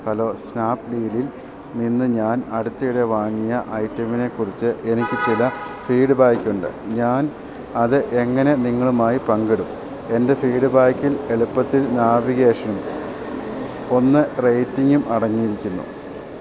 hello സ്നാപ്ഡീലിൽ നിന്ന് ഞാൻ അടുത്തിടെ വാങ്ങിയ ഐറ്റമിനെക്കുറിച്ച് എനിക്ക് ചില ഫീഡ്ബാക്ക് ഉണ്ട് ഞാൻ അത് എങ്ങനെ നിങ്ങളുമായി പങ്കിടും എൻ്റെ ഫീഡ്ബാക്കിൽ എളുപ്പത്തിൽ നാവിഗേഷൻ ഒന്ന് റേറ്റിംഗും അടങ്ങിയിരിക്കുന്നു